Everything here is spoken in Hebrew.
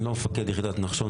אני לא מפקד יחידת נחשון.